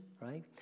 right